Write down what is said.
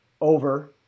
over